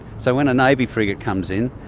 so when a navy frigate comes in,